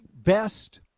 best